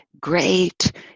great